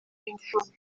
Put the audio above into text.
b’imfubyi